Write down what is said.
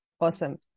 Awesome